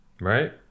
Right